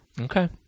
Okay